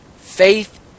faith